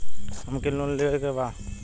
हमके लोन लेवे के बा?